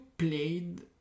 Played